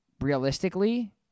realistically